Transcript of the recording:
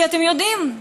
אתם יודעים,